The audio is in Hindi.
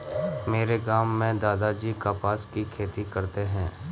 मेरे गांव में दादाजी कपास की खेती करते हैं